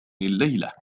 الليلة